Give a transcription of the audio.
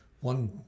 One